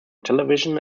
television